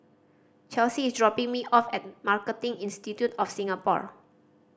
Chelsy is dropping me off at Marketing Institute of Singapore